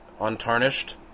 untarnished